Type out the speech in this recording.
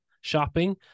shopping